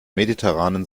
mediterranen